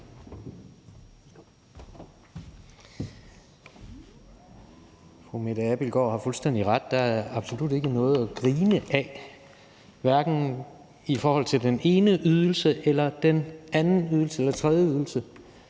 Fru Mette Abildgaard har fuldstændig ret. Der er absolut ikke noget at grine af, hverken i forhold til den ene ydelse eller den anden eller tredje ydelse.